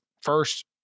first